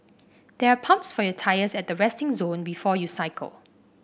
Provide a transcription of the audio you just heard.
there are pumps for your tyres at the resting zone before you cycle